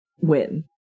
win